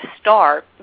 start